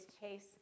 chase